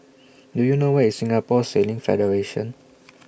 Do YOU know Where IS Singapore Sailing Federation